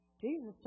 Jesus